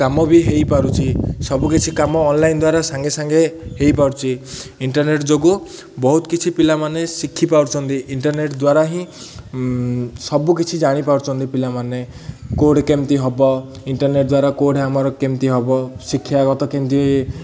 କାମ ବି ହେଇପାରୁଛି ସବୁକିଛି କାମ ଅନଲାଇନ୍ ଦ୍ୱାରା ସାଙ୍ଗେ ସାଙ୍ଗେ ହେଇପାରୁଛି ଇଣ୍ଟର୍ନେଟ୍ ଯୋଗୁଁ ବହୁତ କିଛି ପିଲାମାନେ ଶିଖିପାରୁଛନ୍ତି ଇଣ୍ଟର୍ନେଟ୍ ଦ୍ୱାରା ହିଁ ସବୁକିଛି ଜାଣିପାରୁଛନ୍ତି ପିଲାମାନେ କେଉଁଠି କେମିତି ହବ ଇଣ୍ଟର୍ନେଟ୍ ଦ୍ୱାରା କେଉଁଠି ଆମର କେମିତି ହବ ଶିକ୍ଷାଗତ କେମିତି